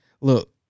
look